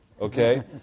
Okay